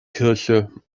kirche